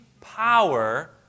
power